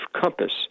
compass